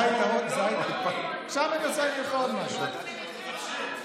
זה היתרון, סוף-סוף הם מדברים.